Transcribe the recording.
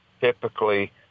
typically